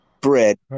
bread